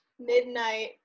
midnight